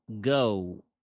go